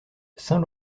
saint